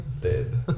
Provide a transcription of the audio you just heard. dead